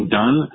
done